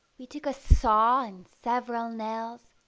we took a saw and several nails,